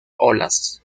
olas